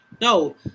no